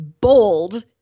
bold